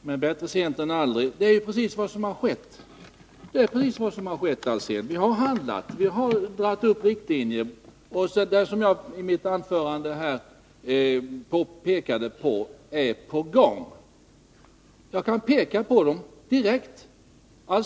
men bättre sent än aldrig. Det är alltså precis vad som har skett — vi har dragit upp riktlinjer, och som jag sade är saker i gång. Jag kan direkt peka på vad det är fråga om.